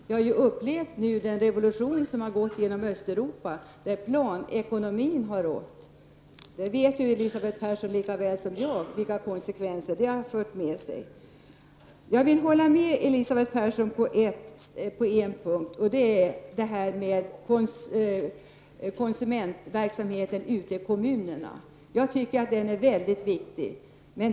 Det har gått en revolution genom Östeuropa, där planekonomin har rått, och Elisabet Franzén vet lika väl som jag vilka konsekvenser den har fört med sig. Jag håller med Elisabeth Persson på en punkt, och det gäller konsumentverksamheten ute i kommunerna. Den är mycket viktig.